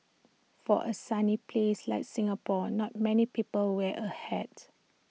for A sunny place like Singapore not many people wear A hat